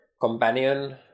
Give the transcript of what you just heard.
companion